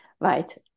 Right